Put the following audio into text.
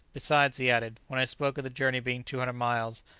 besides, he added, when i spoke of the journey being two hundred miles,